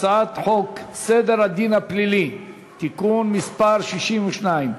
הצעת חוק סדר הדין הפלילי (תיקון מס' 62,